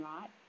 right